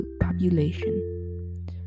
population